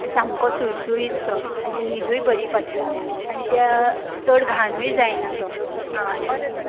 सामको सुळसुळीत सो आनी न्हिदूय बरी पडटा आनी त्या चड घाणूय जायना तो आनी